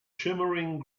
shimmering